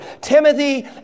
Timothy